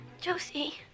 Josie